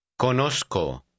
Conozco